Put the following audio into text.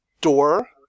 door